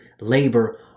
labor